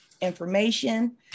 information